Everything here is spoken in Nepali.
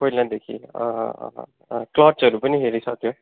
पहिलादेखि क्लचहरू पनि हेरिसक्यो